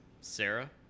Sarah